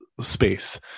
space